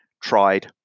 tried